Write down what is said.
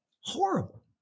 horrible